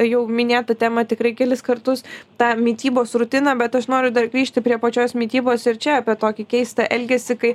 jau minėtą temą tikrai kelis kartus tą mitybos rutiną bet aš noriu dar grįžti prie pačios mitybos ir čia apie tokį keistą elgesį kai